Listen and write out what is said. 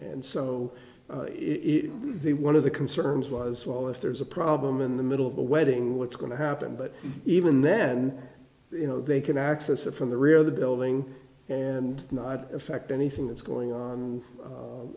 and so if the one of the concerns was well if there's a problem in the middle of a wedding what's going to happen but even then you know they can access it from the rear of the building and not affect anything that's going on